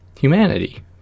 humanity